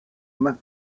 más